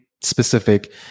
specific